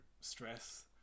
stress